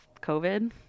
COVID